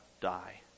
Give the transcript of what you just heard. die